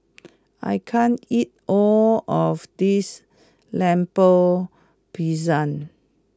I can't eat all of this Lemper Pisang